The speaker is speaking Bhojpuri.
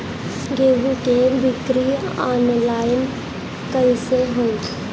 गेहूं के बिक्री आनलाइन कइसे होई?